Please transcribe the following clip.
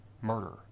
murder